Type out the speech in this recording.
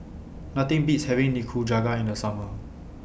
Nothing Beats having Nikujaga in The Summer